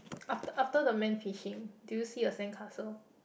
after after the man fishing do you see a sandcastle